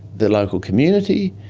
the local community,